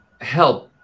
help